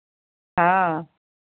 हँ